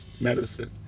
medicine